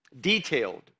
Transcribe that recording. detailed